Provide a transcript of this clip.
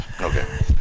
Okay